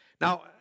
Now